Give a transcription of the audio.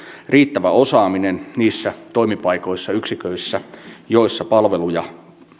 riittävä osaaminen niissä toimipaikoissa yksiköissä joissa palveluja